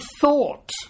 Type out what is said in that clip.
thought